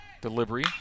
delivery